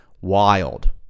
wild